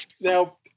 Now